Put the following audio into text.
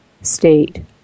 state